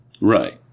Right